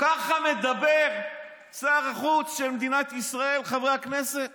ככה מדבר שר החוץ של מדינת ישראל אל חברי הכנסת